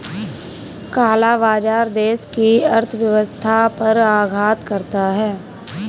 काला बाजार देश की अर्थव्यवस्था पर आघात करता है